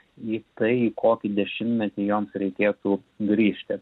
į tai į kokį dešimtmetį joms reikėtų grįžti